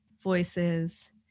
voices